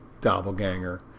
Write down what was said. doppelganger